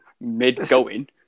mid-going